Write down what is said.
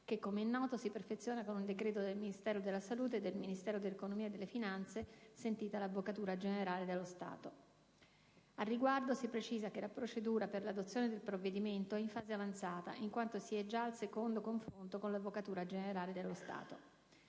che, come è noto, si perfeziona con un decreto del Ministero della salute e del Ministero dell'economia e delle finanze, sentita l'Avvocatura generale dello Stato. Al riguardo preciso che la procedura per l'adozione del provvedimento è in fase avanzata, in quanto si è già al secondo confronto con l'Avvocatura generale dello Stato.